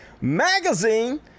magazine